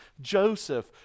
Joseph